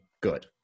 good